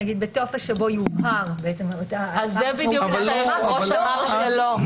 זה בדיוק מה שהיושב-ראש אמר שלא.